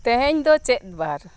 ᱛᱮᱦᱮᱧ ᱫᱚ ᱪᱮᱫ ᱵᱟᱨ